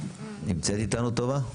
טובה נמצאת איתנו?